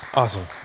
Awesome